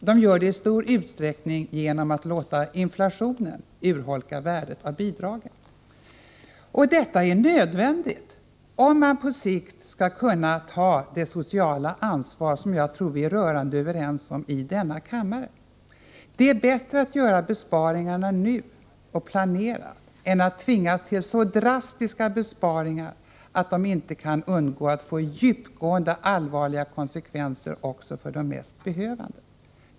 De gör det i stor utsträckning genom att låta inflationen urholka värdet av bidragen. Detta är nödvändigt, om man på sikt skall kunna ta det sociala ansvar som jag tror att vi i denna kammare är rörande överens om. Det är bättre att göra besparingarna nu — och planerat — än att tvingas till så drastiska besparingar att dessa inte kan undgå att få djupgående och allvarliga konsekvenser även för de mest behövande.